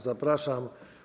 Zapraszam.